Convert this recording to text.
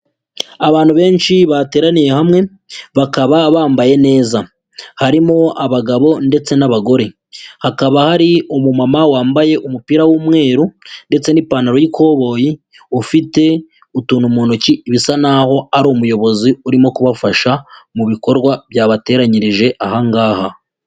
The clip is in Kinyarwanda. Abantu benshi bateraniye hamwe bakaba bambaye neza, harimo abagabo ndetse n'abagore, hakaba hari umumama wambaye umupira w'umweru ndetse n'ipantaro y'ikoboyi ufite utuntu mu ntoki bisa naho ari umuyobozi urimo kubafasha mu bikorwa byabateranyirije aha ngaha.